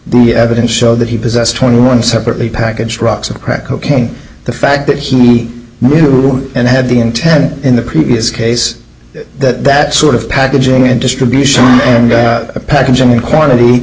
the evidence showed that he possessed twenty one separately packaged rocks of crack cocaine the fact that he knew and had the intent in the previous case that that sort of packaging and distribution packaging and quantity